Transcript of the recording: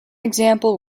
example